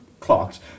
clocked